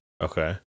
Okay